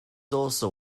also